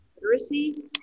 literacy